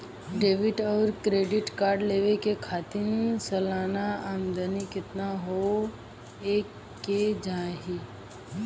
Debit और credit card लेवे के खातिर सलाना आमदनी कितना हो ये के चाही?